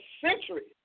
centuries